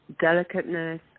delicateness